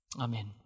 Amen